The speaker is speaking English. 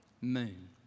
Moon